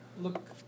look